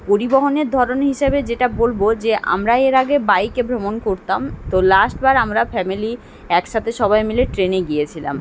পরিবহনের ধরন হিসাবে যেটা বলবো যে আমরা এর আগে বাইকে ভ্রমণ করতাম তো লাস্ট বার আমরা ফ্যামিলি একসাথে সবাই মিলে ট্রেনে গিয়েছিলাম